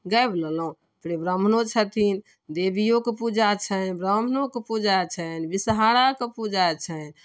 गाबि लेलहुँ फेर ब्राह्मणो छथिन देबियोके पूजा छनि ब्राह्मणोके पूजा छनि बिषहाराके पूजा छनि